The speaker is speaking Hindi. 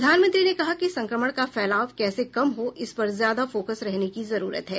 प्रधानमंत्री ने कहा कि संक्रमण का फैलाव कैसे कम हो इस पर ज्यादा फोकस रहने की जरुरत है